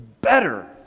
better